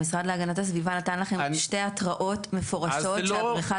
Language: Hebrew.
המשרד להגנת הסביבה נתן לכם שתי התראות מפורשות שהבריכה